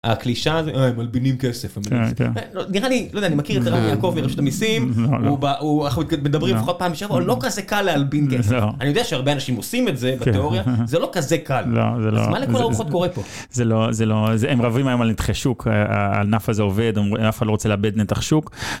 הקלישאה מלבינים כסף. כן כן. נראה לי, לא יודע, אני מכיר את ערן יעקב מרשות המיסים, אנחנו מדברים לפחות פעם בשבוע, לא כזה קל להלבין כסף. אני יודע שהרבה אנשים עושים את זה בתיאוריה, זה לא כזה קל. לא, זה לא. אז מה לכל הרוחות קורה פה. זה לא, זה לא, הם רבים היום על נתחי שוק, הענף הזה עובד, אף אחד לא רוצה לאבד נתח שוק.